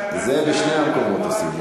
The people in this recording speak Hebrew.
זה בשני המקומות עושים.